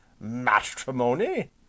Matrimony